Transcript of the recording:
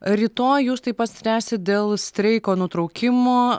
rytoj jūs taip pat spręsit dėl streiko nutraukimo